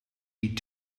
die